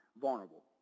vulnerable